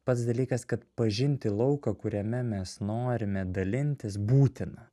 pats dalykas kad pažinti lauką kuriame mes norime dalintis būtina